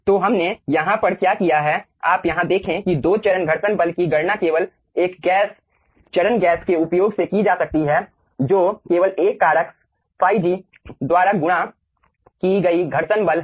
तो हमने यहाँ पर क्या किया है आप यहाँ देखें कि दो चरण घर्षण बल की गणना केवल एक चरण गैस के उपयोग से की जा सकती है जो केवल एक कारक ϕg द्वारा गुणा की गई घर्षण बल है